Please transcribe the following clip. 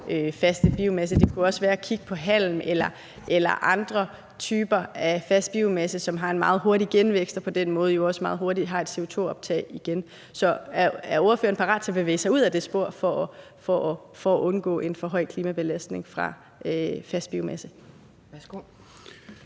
faste biomasse. Det kunne også være ved at kigge på halm eller andre typer af fast biomasse, som har en meget hurtig genvækst og dermed jo også meget hurtigt har et CO2-optag igen. Så er ordføreren parat til at bevæge sig ud ad det spor for at undgå en for høj klimabelastning fra fast biomasse?